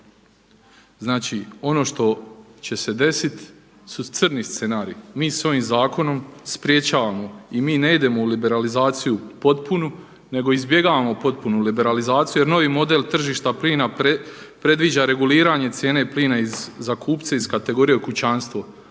Znači, ono što će se desit su crni scenariji. Mi sa ovim zakonom sprječavamo i mi ne idemo u liberalizaciju potpunu, nego izbjegavamo potpunu liberalizaciju jer novi model tržišta plina predviđa reguliranje cijene plina za kupce iz kategorije kućanstvo,